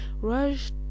Raj